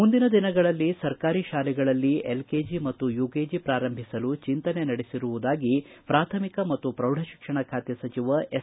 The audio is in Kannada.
ಮುಂದಿನ ದಿನಗಳಲ್ಲಿ ಸರ್ಕಾರಿ ಶಾಲೆಗಳಲ್ಲಿ ಎಲ್ ಕೆಜಿ ಮತ್ತು ಯುಕೆಜಿ ಪ್ರಾರಂಭಿಸಲು ಚಿಂತನೆ ನಡೆಸಿರುವುದಾಗಿ ಪ್ರಾಥಮಿಕ ಮತ್ತು ಪ್ರೌಢಶಿಕ್ಷಣ ಖಾತೆ ಸಚಿವ ಎಸ್